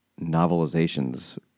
Novelizations